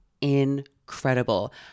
incredible